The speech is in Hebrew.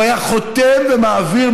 הוא היה חותם ומעביר.